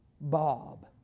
Bob